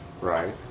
Right